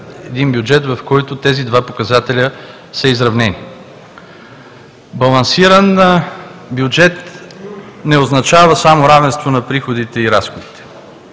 един бюджет, в който тези два показателя са изравнени. Балансиран бюджет не означава само равенство на приходите и разходите.